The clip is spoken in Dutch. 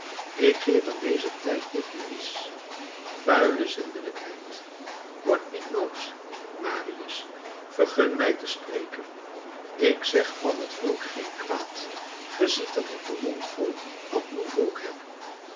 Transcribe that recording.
ik geef aan dezen tijd dit devies vuile zindelijkheid word niet boos marius vergun mij te spreken ik zeg van het volk geen kwaad ge ziet dat ik den mond vol van uw volk heb